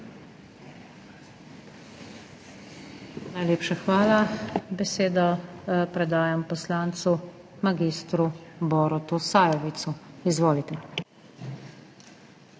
Najlepša hvala. Besedo predajam poslancu mag. Borutu Sajovicu. Izvolite.